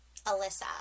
Alyssa